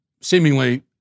seemingly